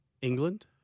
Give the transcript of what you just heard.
England